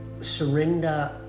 Surrender